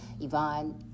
Yvonne